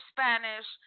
Spanish